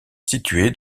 située